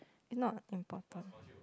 is not important